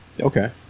Okay